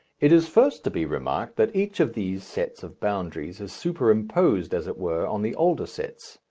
it is first to be remarked that each of these sets of boundaries is superposed, as it were, on the older sets.